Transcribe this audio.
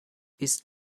ist